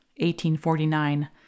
1849